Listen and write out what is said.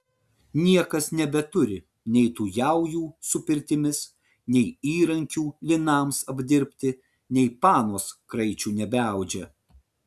niekas nebeturi nei tų jaujų su pirtimis nei įrankių linams apdirbti nei panos kraičių nebeaudžia